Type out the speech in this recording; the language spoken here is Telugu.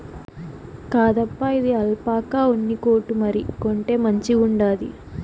కాదప్పా, ఇది ఆల్పాకా ఉన్ని కోటు మరి, కొంటే మంచిగుండాది